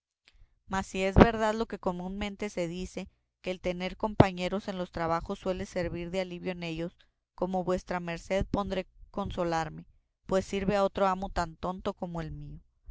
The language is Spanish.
mas si es verdad lo que comúnmente se dice que el tener compañeros en los trabajos suele servir de alivio en ellos con vuestra merced podré consolarme pues sirve a otro amo tan tonto como el mío